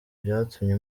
byatumye